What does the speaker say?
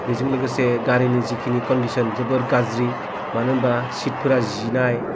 बेजों लोगोसे गारिनि जिखिनि कन्दिस'न जोबोर गाज्रि मानो होनोबा सिटफोरा जिनाय